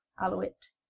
aluit.